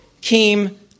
came